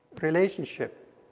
Relationship